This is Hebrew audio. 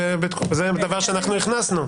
זה דבר שהכנסנו.